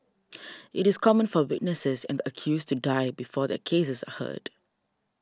it is common for witnesses and accused to die before their cases are heard